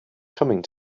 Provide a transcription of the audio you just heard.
coming